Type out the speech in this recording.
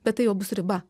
bet tai jau bus riba